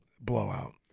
blowout